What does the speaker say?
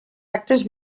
actes